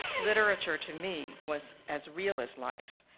literature to me was as real as life.